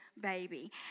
baby